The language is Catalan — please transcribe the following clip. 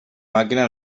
màquina